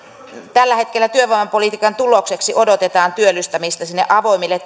tällä hetkellä työvoimapolitiikan tulokseksi odotetaan työllistämistä sinne avoimille